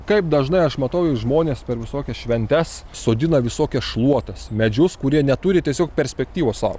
kaip dažnai aš matau žmones per visokias šventes sodina visokias šluotas medžius kurie neturi tiesiog perspektyvos sau